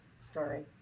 story